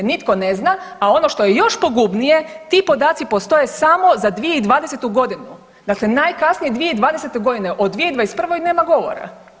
Nitko ne zna, a ono što je još pogubnije, ti podaci postoje samo za 2020. g. Dakle najkasnije 2020. g., o 2021. nema govora.